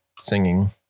singing